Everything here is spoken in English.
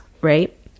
right